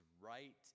right